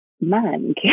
man